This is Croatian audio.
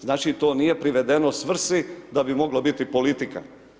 Znači to nije privedeno svrsi da bi moglo biti politika.